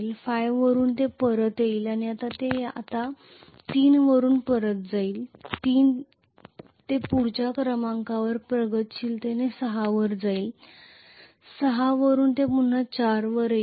5 वरून ते परत येईल आणि ते आता 3 वरून परत जाईल 3 ते पुढच्या क्रमांकावर प्रगतीशीलतेने 6 वर जाईल 6 वरून ते पुन्हा 4 वर येईल